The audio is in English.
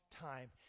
time